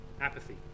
Apathy